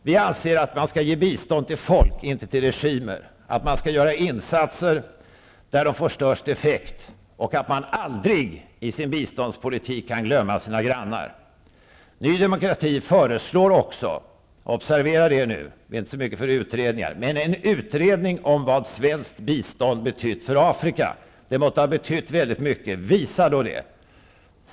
Vi anser att man skall ge bistånd till folk, inte till regimer. Insatser skall göras där de får störst effekt. Man skall aldrig glömma bort sina grannar i biståndspolitiken. Ny demokrati föreslår också -- observera det, vi är ju inte så mycket för utredningar -- att en utredning skall tillsättas om vad svenskt bistånd har betytt för Afrika. Om det har betytt mycket, visa då det.